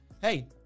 hey